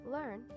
Learn